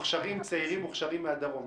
צעירים מוכשרים מהדרום.